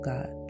God